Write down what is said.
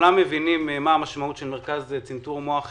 כולנו מבינים מה המשמעות של מרכז לצנתור מוח קרוב.